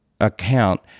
account